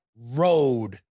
Road